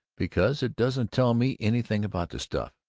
because it doesn't tell me anything about the stuff.